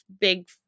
big